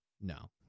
No